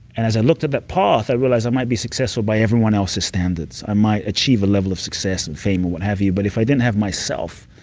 and as i looked at that path, i realized i might be successful by everyone else's standards. i might achieve a level of success and fame or what have you, but if i didn't have myself,